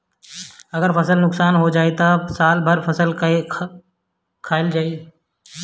अगर फसल नुकसान हो जाई त साल भर का खाईल जाई